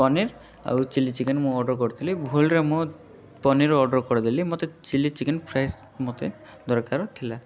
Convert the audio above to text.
ପନିର୍ ଆଉ chilli chicken ମୁଁ order କରିଥିଲି ଭୁଲ୍ରେ ମୋ ପନିର୍ ଅର୍ଡ଼ର୍ କରିଦେଲି ମୋତେ ଚିଲ୍ଲୀ ଚିକେନ୍ ଫ୍ରେସ୍ ମୋତେ ଦରକାର ଥିଲା